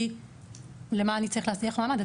כי למה אני צריך להסדיר לך מעמד,